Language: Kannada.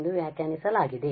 ಎಂದು ವ್ಯಾಖ್ಯಾನಿಸಲಾಗಿದೆ